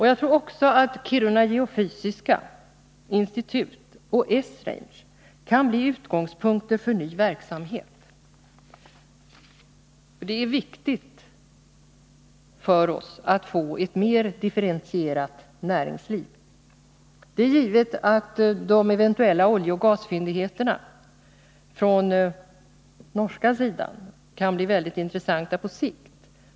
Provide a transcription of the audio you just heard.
Jag tror också att Kiruna geofysiska institut och Esrange kan bli utgångspunkter för ny verksamhet. — Det är viktigt för oss att få ett mer differentierat näringsliv. Det är givet att de eventuella oljeoch gasfyndigheterna på den norska sidan kan bli väldigt intressanta på sikt.